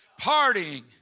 partying